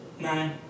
Nine